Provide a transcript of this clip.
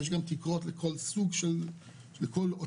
וכן כולל תקרות מפורטות לפי סוגי הריהוט והציוד